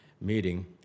meeting